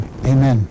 Amen